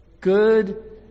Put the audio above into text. good